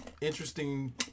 interesting